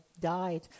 died